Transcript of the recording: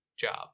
job